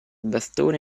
bastone